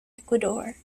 ecuador